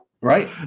Right